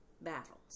battles